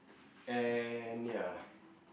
and ya